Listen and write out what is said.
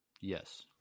Yes